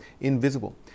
invisible